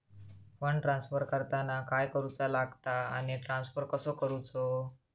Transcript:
Fund transfer करताना काय करुचा लगता आनी ट्रान्स्फर कसो करूचो?